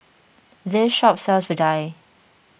this shop sells Vadai